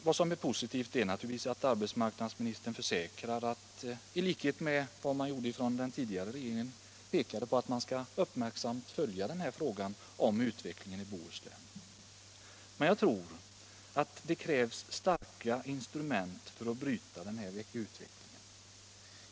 Det positiva är givetvis att arbetsmarknadsministern försäkrar att den nya regeringen, liksom den tidigare gjorde, uppmärksamt tänker följa utvecklingen i Bohuslän. Jag tror emellertid att det krävs starka instrument för att bryta den här utvecklingen.